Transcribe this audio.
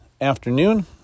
afternoon